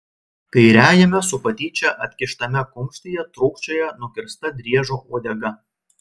kairiajame su patyčia atkištame kumštyje trūkčioja nukirsta driežo uodega